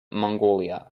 mongolia